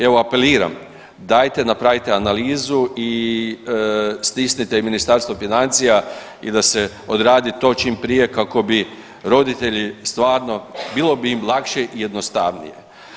Evo apeliram, dajte napravite analizu i stisnite i Ministarstvo financija i da odradi to čim prije kako bi roditelji stvarno bilo bi im lakše i jednostavnije.